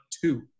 two